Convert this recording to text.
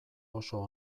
oso